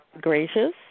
gracious